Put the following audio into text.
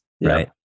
right